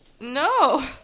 No